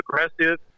aggressive